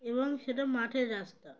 এবং সেটা মাঠের রাস্তা